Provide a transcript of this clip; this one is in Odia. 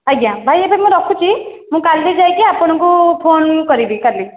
ଆଜ୍ଞା ଭାଇ ଏବେ ମୁଁ ରଖୁଛି ମୁଁ କାଲି ଯାଇକି ଆପଣଙ୍କୁ ଫୋନ୍ କରିବି କାଲି